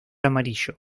amarillo